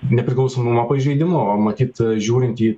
nepriklausomumo pažeidimu o matyt žiūrint į